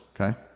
okay